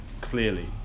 clearly